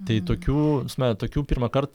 tai tokių sme tokių pirmąkart